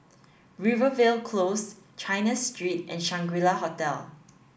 Rivervale Close China Street and Shangri La Hotel